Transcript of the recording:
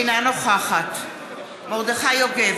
אינה נוכחת מרדכי יוגב,